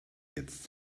jetzt